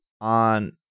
on